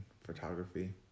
photography